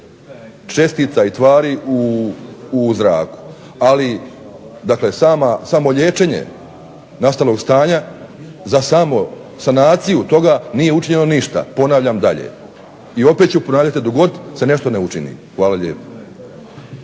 čestica i tvari u zraku. Ali, dakle samo liječenje nastalog stanja za samo sanaciju toga nije učinjeno ništa. Ponavljam dalje i opet ću ponavljati dok god se nešto ne učini. Hvala lijepo.